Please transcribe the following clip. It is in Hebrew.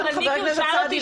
הוא שאל אותי